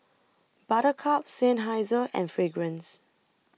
Buttercup Seinheiser and Fragrance